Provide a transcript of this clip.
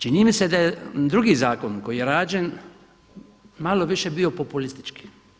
Čini mi se da je drugi zakon koji je rađen malo više bio populistički.